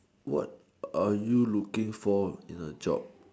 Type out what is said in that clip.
what are you looking for in a job